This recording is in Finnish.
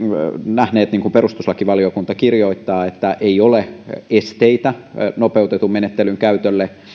nähneet niin kuin perustuslakivaliokunta kirjoittaa että ei ole esteitä nopeutetun menettelyn käytölle